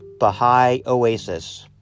Baha'ioasis